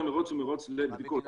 עכשיו המרוץ הוא מרוץ לבדיקות.